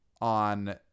on